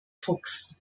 fuchs